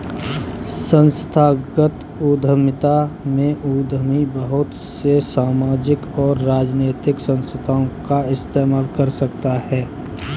संस्थागत उद्यमिता में उद्यमी बहुत से सामाजिक और राजनैतिक संस्थाओं का इस्तेमाल कर सकता है